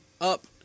up